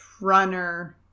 runner-